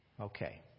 Okay